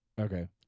Okay